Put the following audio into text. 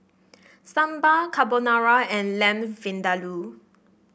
Sambar Carbonara and Lamb Vindaloo